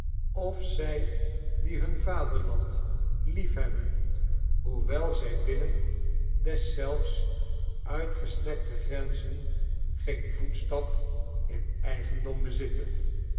of zij die hun vaderland liefhebben hoewel zij binnen deszelfs uitgestrekte grenzen geen voetstap in eigendom bezitten